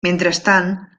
mentrestant